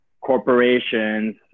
corporations